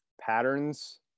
patterns